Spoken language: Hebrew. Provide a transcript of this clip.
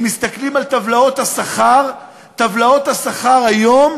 אם מסתכלים על טבלאות השכר, טבלאות השכר היום,